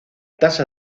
tasa